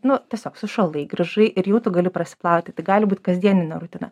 nu tiesiog sušalai grįžai ir jau tu gali prasiplauti tai gali būti kasdieninė rutina